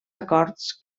acords